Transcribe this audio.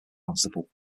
barnstaple